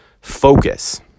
focus